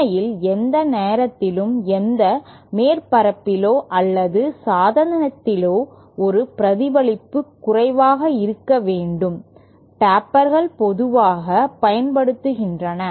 உண்மையில் எந்த நேரத்திலும் எந்த மேற்பரப்பிலோ அல்லது சாதனத்திலோ ஒரு பிரதிபலிப்பு குறைவாக இருக்க வேண்டும் டேப்பர்கள் பொதுவாகப் பயன்படுத்தப்படுகின்றன